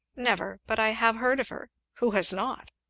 never, but i have heard of her who has not?